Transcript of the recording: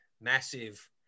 massive